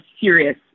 serious